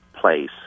place